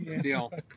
Deal